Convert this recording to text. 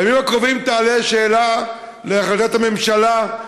בימים הקרובים תעלה השאלה להחלטת הממשלה.